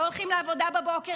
לא הולכים לעבודה בבוקר,